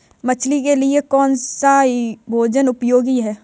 मछली के लिए कौन सा भोजन उपयोगी है?